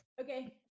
Okay